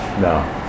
No